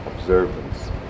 observance